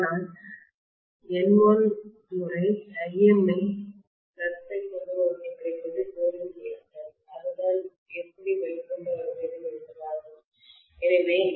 ஆனால் N1 முறை Im ஐ ஃப்ளக்ஸ் கொண்டு வகுக்க கிடைப்பது கோரின் ரிலக்டன்ஸ் அது தான் எப்படி வெளிக்கொண்டு வர வேண்டும் என்பதாகும்